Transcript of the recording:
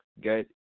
get